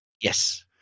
Yes